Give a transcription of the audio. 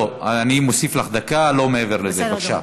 לא, אני מוסיף לך דקה, לא מעבר לזה, בבקשה.